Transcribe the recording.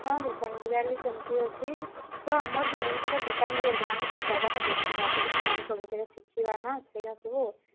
ହଁ ଦୋକାନ ବଜାର ବି ସେମତି ଅଛି ତ ଆମର ମେନ୍ ଦୋକାନ ବଜାର କ'ଣ ଆମେ ସେଇ ଜାଗାଟା ଦେଖିବା ସେଇଠି କ'ଣ ସବୁ ସେଇଗା ଶିଖିବା ନାଁ ସେଇଗା ସବୁ